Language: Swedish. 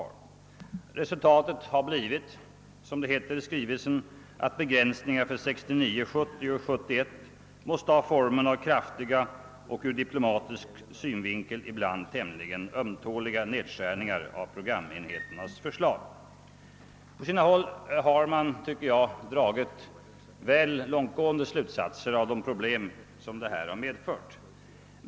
Resultatet har blivit — som det :-heter i skrivelsen — -»att begränsningar för 69 71 måste taga formen av kraftiga och ur diplomatisk synvinkel ibland tämligen ömtåliga nedskärningar av programenheternas förslag». På sina håll har man, anser jag, dragit alltför långtgående slutsatser beträffande de problem som detta medför.